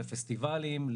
לפסטיבלים,